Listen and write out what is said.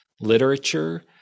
literature